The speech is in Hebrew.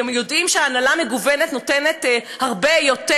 והם יודעים שהנהלה מגוונת נותנת הרבה יותר,